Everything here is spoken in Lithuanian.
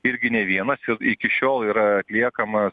irgi ne vienas ir iki šiol yra atliekama